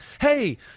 hey